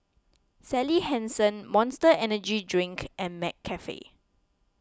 Sally Hansen Monster Energy Drink and McCafe